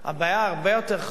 הבעיה שהיא הרבה יותר חמורה,